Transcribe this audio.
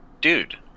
dude